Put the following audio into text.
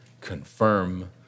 confirm